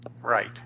Right